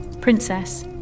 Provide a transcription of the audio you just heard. princess